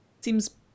seems